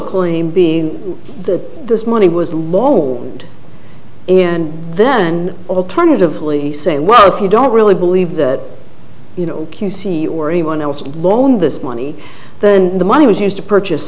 claim being that this money was the law in then alternatively saying well if you don't really believe that you know you see or anyone else alone this money then the money was used to purchase